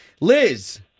Liz